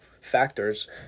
factors